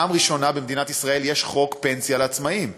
פעם ראשונה במדינת ישראל יש חוק פנסיה לעצמאים,